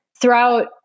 throughout